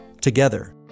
Together